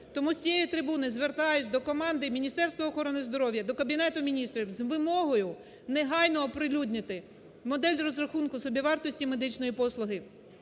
Тому з цієї трибуни звертаюсь до команди Міністерства охорони здоров'я, до Кабінету Міністрів з вимогою негайно оприлюднити модель розрахунку собівартості медичної послуги,